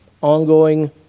ongoing